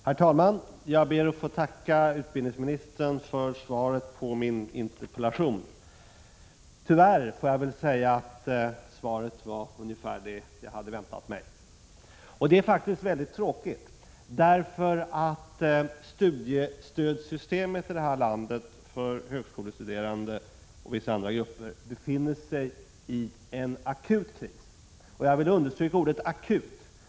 Herr talman! Jag ber att få tacka utbildningsministern för svaret på min interpellation. Tyvärr, får jag väl säga, var svaret ungefär det jag hade väntat mig. Det är tråkigt därför att studiemedelssystemet för högskolestuderande och vissa andra grupper befinner sig i en akut kris — jag vill understryka ordet akut.